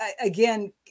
again